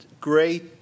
great